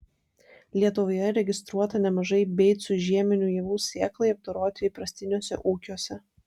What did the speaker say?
lietuvoje registruota nemažai beicų žieminių javų sėklai apdoroti įprastiniuose ūkiuose